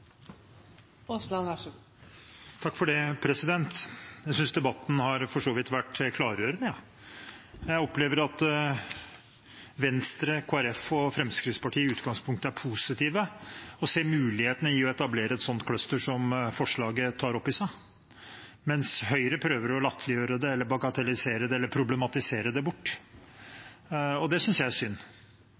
for så vidt debatten har vært klargjørende. Jeg opplever at Venstre, Kristelig Folkeparti og Fremskrittspartiet i utgangspunktet er positive og ser mulighetene i å etablere et slikt cluster, som forslaget tar opp i seg. Mens Høyre prøver å latterliggjøre det, eller bagatellisere det, eller problematisere det bort, og det synes jeg er synd.